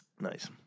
Nice